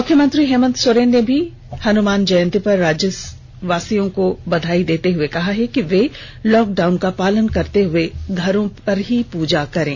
मुख्यमंत्री हेमन्त सोरेन ने भी हनुमान जयन्ती पर राज्यवासियों को बधाई दी है और कहा है कि वे लॉकडाउन का पालन करते हुए घरों में ही पूजा करें